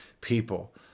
people